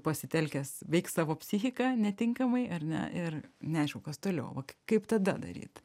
pasitelkęs veiks savo psichiką netinkamai ar ne ir neaišku kas toliau va kaip tada daryt